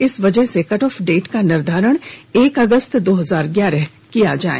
इस वजह से कट ऑफ डेट का निर्धारण एक अगस्त दो हजार ग्यारह किया जाए